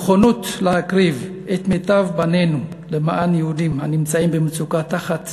הנכונות להקריב את מיטב בנינו למען יהודים הנמצאים במצוקה תחת